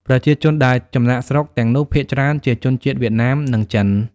ប្រជាជនដែលចំណាកស្រុកទាំងនោះភាគច្រើនជាជនជាតិវៀតណាម និងចិន។